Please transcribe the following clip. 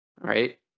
right